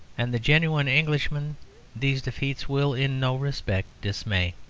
and the genuine englishman these defeats will in no respect dismay.